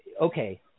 Okay